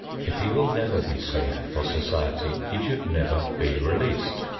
if he will never be safe for society, he should never be released.